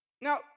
Now